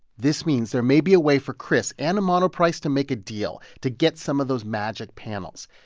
this means there may be a way for chris and monoprice to make a deal to get some of those magic panels.